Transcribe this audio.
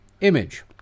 image